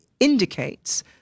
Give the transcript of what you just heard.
indicates